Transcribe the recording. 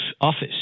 office